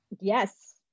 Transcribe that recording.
Yes